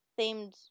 themed